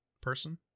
person